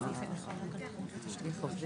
אנחנו מתנצלים פשוט את הסעיף של 6 (ב)